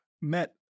met